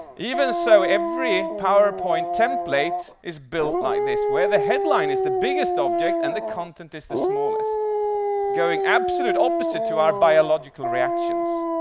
even so, every powerpoint template is built like this, where the headline is the biggest object, and the content is the smallest going absolute opposite to our biological reactions.